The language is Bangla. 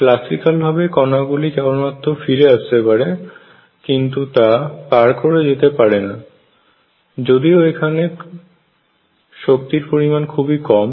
ক্লাসিক্যাল ভাবে কণাগুলি কেবলমাত্র ফিরে আসতে পারে কিন্তু তা পার করে যেতে পারে না যদিও এখানে শক্তির পরিমাণ খুবই কম